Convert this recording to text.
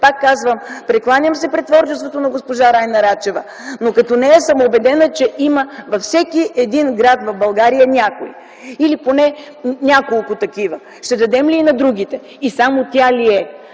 Пак казвам, прекланям се пред творчеството на госпожа Райна Рачева, но съм убедена, че като нея има във всеки един град в България или поне няколко такива. Ще дадем ли и на другите? И само тя ли е?